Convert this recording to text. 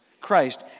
Christ